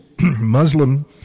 Muslim